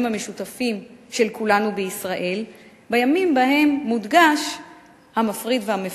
המשותפים של כולנו בישראל בימים שבהם מודגש המפריד והמפלג.